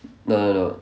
no no no